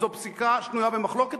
וזו פסיקה שנויה במחלוקת,